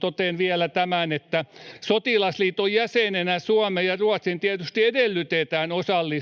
totean vielä tämän, että sotilasliiton jäsenenä Suomen ja Ruotsin tietysti edellytetään osallistuvan